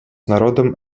народом